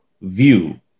view